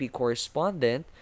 correspondent